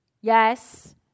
Yes